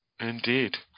Indeed